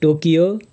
Tokyo